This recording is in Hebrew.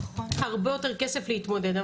הרבה יותר כסף להתמודד.